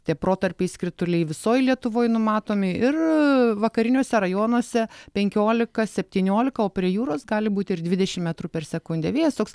tie protarpiais krituliai visoj lietuvoj numatomi ir vakariniuose rajonuose penkiolika septyniolika o prie jūros gali būt ir dvidešim metrų per sekundę vėjas toks